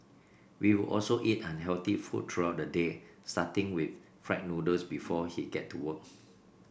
we would also eat unhealthy food throughout the day starting with fried noodles before he get to work